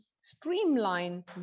streamline